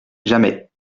jamais